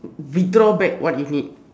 withdraw back what you need